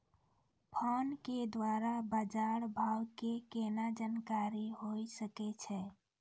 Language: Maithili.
फोन के द्वारा बाज़ार भाव के केना जानकारी होय सकै छौ?